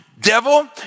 devil